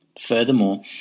Furthermore